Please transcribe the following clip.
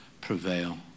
prevail